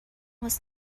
was